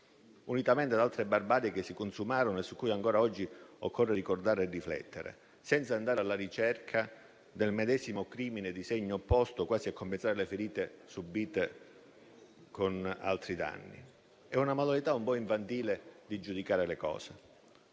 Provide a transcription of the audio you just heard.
unitamente ad altre barbarie che si consumarono, che ancora oggi occorre ricordare e su cui bisogna riflettere, senza andare alla ricerca del medesimo crimine di segno opposto, quasi a compensare le ferite subite con altri danni. È una modalità un po' infantile di giudicare le cose.